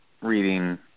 reading